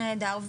נהדר.